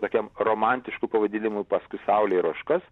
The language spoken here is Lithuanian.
tokiam romantišku pavadinimu paskui saulę ir ožkas